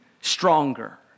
stronger